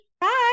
Bye